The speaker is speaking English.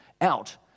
out